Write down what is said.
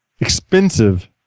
expensive